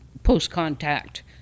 post-contact